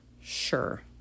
sure